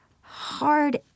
hard